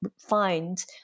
find